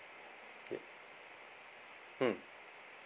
ya mm